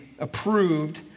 approved